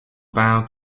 bow